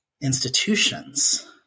institutions